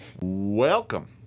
Welcome